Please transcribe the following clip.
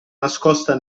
nascosta